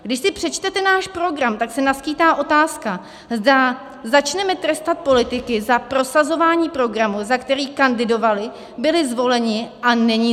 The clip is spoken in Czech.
Když si přečtete náš program, tak se naskýtá otázka, zda začneme trestat politiky za prosazování programu, za který kandidovali, byli zvoleni a není zakázán.